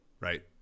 right